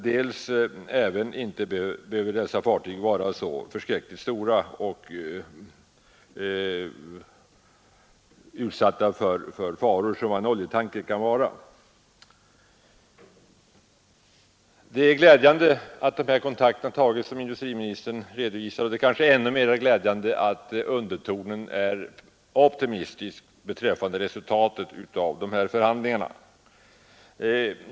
Dessa fartyg behöver inte heller vara så förskräckligt stora och så utsatta för faror som en oljetanker. Det är glädjande att de kontakter tagits som industriministern redovisar, och det är kanske ännu mera glädjande att undertonen är optimistisk beträffande resultatet av förhandlingarna.